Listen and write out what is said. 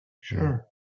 Sure